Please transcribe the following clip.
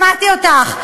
שמעתי אותך.